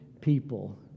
people